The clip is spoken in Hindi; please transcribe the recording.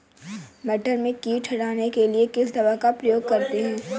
मटर में कीट हटाने के लिए किस दवा का प्रयोग करते हैं?